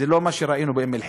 זה לא מה שראינו באום-אלחיראן.